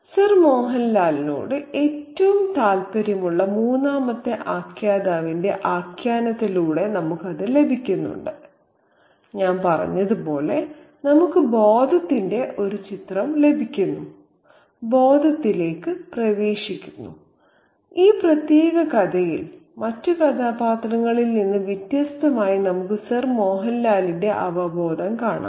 sir മോഹൻലാൽനോട് ഏറ്റവും താൽപ്പര്യമുള്ള മൂന്നാമത്തെ ആഖ്യാതാവിന്റെ ആഖ്യാനത്തിലൂടെ നമുക്ക് അത് ലഭിക്കുന്നു ഞാൻ പറഞ്ഞതുപോലെ നമുക്ക് ബോധത്തിന്റെ ഒരു ചിത്രം ലഭിക്കുന്നു ബോധത്തിലേക്ക് പ്രവേശിക്കുന്നു ഈ പ്രത്യേക കഥയിൽ മറ്റ് കഥാപാത്രങ്ങളിൽ നിന്ന് വ്യത്യസ്തമായി നമുക്ക് സർ മോഹൻലാൽന്റെ അവബോധം കാണാം